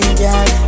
girl